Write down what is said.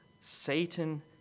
Satan